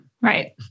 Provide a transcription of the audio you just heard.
Right